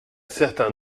certain